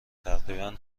تقریبا